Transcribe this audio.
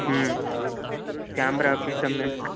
camera अपि सम्यक्